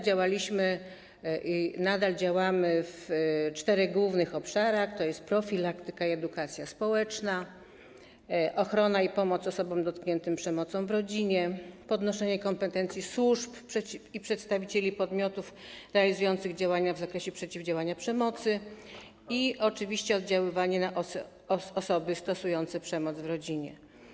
Działaliśmy i nadal działamy w czterech głównych obszarach, tj. profilaktyka i edukacja społeczna, ochrona i pomoc osobom dotkniętym przemocą w rodzinie, podnoszenie kompetencji służb i przedstawicieli podmiotów realizujących działania w zakresie przeciwdziałania przemocy i oczywiście oddziaływanie na osoby stosujące przemoc w rodzinie.